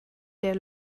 der